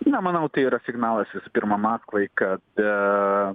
na manau tai yra signalas visų pirma maskvai kad